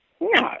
No